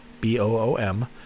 B-O-O-M